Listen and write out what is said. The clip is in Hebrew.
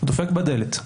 דופק בדלת,